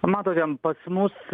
matote pas mus